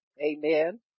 Amen